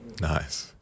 Nice